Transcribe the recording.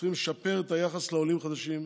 צריכים לשפר את היחס לעולים חדשים,